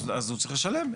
אז הוא צריך לשלם.